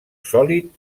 sòlid